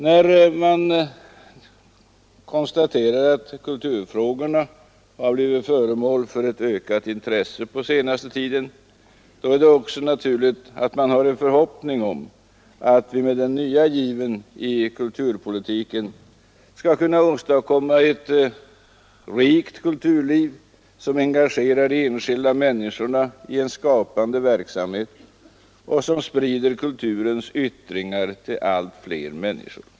När man konstaterar att kulturfrågorna har blivit föremål för ökat intresse på senaste tiden är det också naturligt att man har en förhoppning om att vi med den nya given i kulturpolitiken skall kunna åstadkomma ett rikt kulturliv som engagerar de enskilda människorna i skapande verksamhet och som sprider kulturens yttringar till allt fler människor.